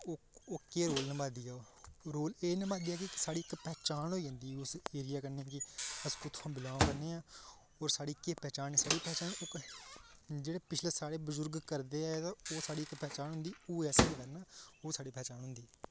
और ओह् केह् रोल निभा दी ऐ रोल एह् निभांदी ऐ कि साढ़ी इक पहचान होई जंदी उस एरिया कन्नै कि अस कुत्थूं बिलांग करने आं और साढ़ी केह् पहचान ऐ साढ़ी पहचान उ'ऐ जेह्ड़े पिछले साढ़े बुजुर्ग करदे आए तो ओह् साढ़ी इक पहचान होंदी ओह् असें ओह् साढ़ी पहचान होंदी